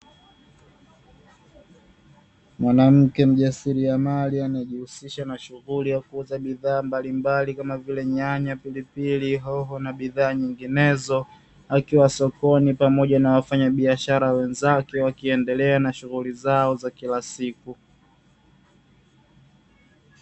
Mwanamke mjasiriamali anayejihusisha na shuguli ya kuuza bidhaa mbalimbali kama vile nyanya, pilipili, hoho na bidhaa nyinginezo. Akiwa sokoni pamoja na wafanya biashara wenzake wakiendelea na shughuli zao za kila siku.